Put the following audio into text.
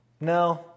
no